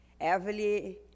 Evelyn